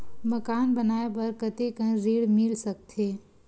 मकान बनाये बर कतेकन ऋण मिल सकथे?